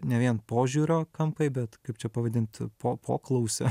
ne vien požiūrio kampai bet kaip čia pavadint po poklausio